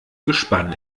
gespann